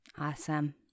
Awesome